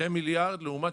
2,000,000,000 לעומת